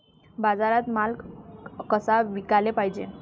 बाजारात माल कसा विकाले पायजे?